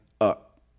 up